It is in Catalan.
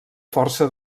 força